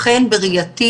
לכן בראייתי,